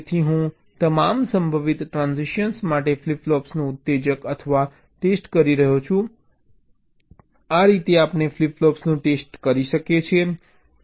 તેથી હું તમામ સંભવિત ટ્રાંસિશન્સ માટે ફ્લિપ ફ્લોપનું ઉત્તેજક અથવા ટેસ્ટ કરી રહ્યો છું આ રીતે આપણે ફ્લિપ ફ્લોપનું ટેસ્ટ કરીએ છીએ જે તે કરી શકે છે